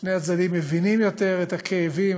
שני הצדדים מבינים יותר את הכאבים,